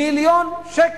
מיליון שקלים.